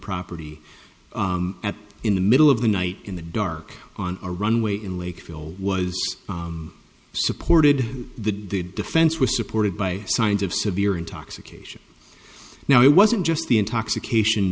property at in the middle of the night in the dark on a runway in lakeville was supported the defense was supported by signs of severe intoxication now it wasn't just the intoxication